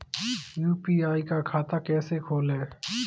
UPI का खाता कैसे खोलें?